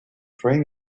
train